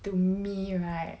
to me right